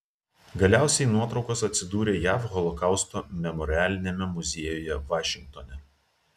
galiausiai nuotraukos atsidūrė jav holokausto memorialiniame muziejuje vašingtone